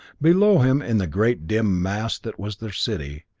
below him, in the great dim mass that was their city,